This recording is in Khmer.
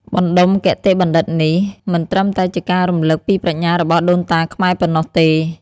បណ្ដុំគតិបណ្ឌិតនេះ មិនត្រឹមតែជាការរំលឹកពីប្រាជ្ញារបស់ដូនតាខ្មែរប៉ុណ្ណោះទេ។